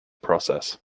process